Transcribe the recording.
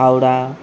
पाव्डा